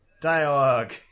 Dialogue